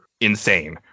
insane